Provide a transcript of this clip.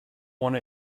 one